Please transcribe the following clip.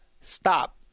stop